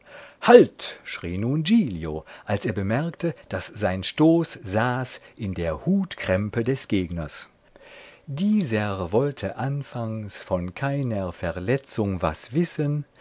halt schrie nun giglio als er bemerkte daß sein stoß saß in der hutkrempe des gegners dieser wollte anfangs von keiner verletzung was wissen